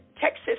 Texas